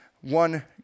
one